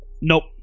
Nope